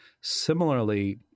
Similarly